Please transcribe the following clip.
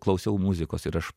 klausiau muzikos ir aš